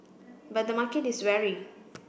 but the market is wary